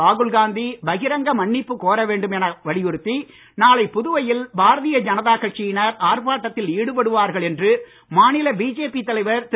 ராகுல் காந்தி பகிரங்க மன்னிப்பு கோர வேண்டும் என வலியுறுத்தி நாளை புதுவையில் பாரதிய ஜனதா கட்சியினர் ஆர்ப்பாட்டத்தில் ஈடுபடுவார்கள் என்று மாநில பிஜேபி தலைவர் திரு